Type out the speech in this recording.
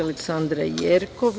Aleksandra Jerkov.